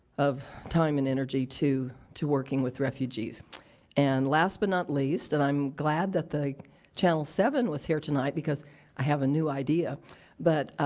of time and energy to to working with refugees and last but not least, and i'm glad that the channel seven was here tonight because i have a new idea but